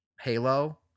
Halo